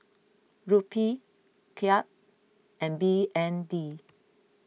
Rupee Kyat and B N D